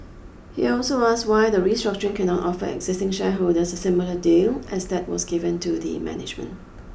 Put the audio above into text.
he also as why the restructuring cannot offer existing shareholders a similar deal as that was given to the management